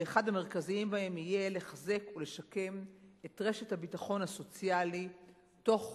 שאחד המרכזיים בהם יהיה לחזק ולשקם את רשת הביטחון הסוציאלי,